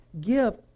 give